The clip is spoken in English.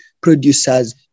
producers